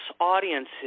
audiences